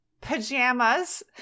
pajamas